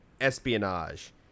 espionage